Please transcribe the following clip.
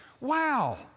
wow